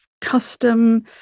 custom